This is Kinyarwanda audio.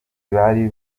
bari